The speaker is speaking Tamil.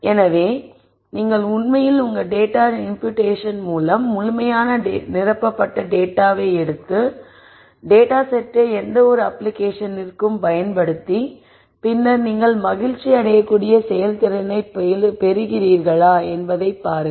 எனவே நீங்கள் உண்மையில் உங்கள் டேட்டா இம்புயூட்டேஷன் மூலம் முழுமையாக நிரப்பப்பட்ட டேட்டாவை எடுத்து டேட்டா செட்டை எந்தவொரு அப்ளிகேஷனிற்கும் பயன்படுத்தி பின்னர் நீங்கள் மகிழ்ச்சி அடைய கூடிய செயல்திறனைப் பெறுகிறீர்களா என்பதைப் பாருங்கள்